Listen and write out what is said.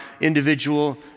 individual